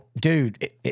Dude